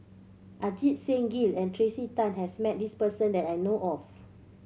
Ajit Singh Gill and Tracey Tan has met this person that I know of